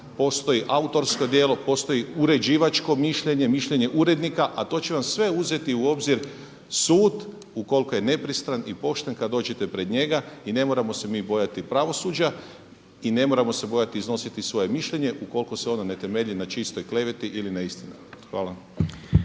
postoji autorsko djelo, postoji uređivačko mišljenje, mišljenje urednika a to će vam sve uzeti u obzir sud ukoliko je nepristran i pošten kad dođete pored njega i ne moramo se mi bojati pravosuđa i ne moramo se bojati iznositi svoje mišljenje ukoliko se ono ne temelji na čistoj kleveti ili neistinama. Hvala.